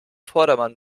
vordermann